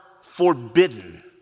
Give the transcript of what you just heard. forbidden